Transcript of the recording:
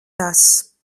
tas